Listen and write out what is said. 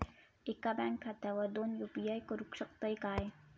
एका बँक खात्यावर दोन यू.पी.आय करुक शकतय काय?